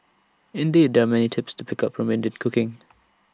indeed there are many tips to pick up from Indian cooking